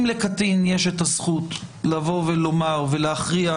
לקטין יש את הזכות לבוא ולומר ולהכריע,